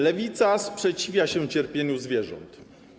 Lewica sprzeciwia się cierpieniu zwierząt.